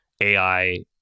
AI